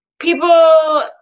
people